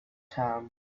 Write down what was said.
town